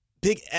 big